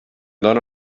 dono